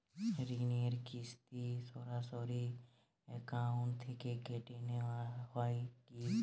ঋণের কিস্তি সরাসরি অ্যাকাউন্ট থেকে কেটে নেওয়া হয় কি?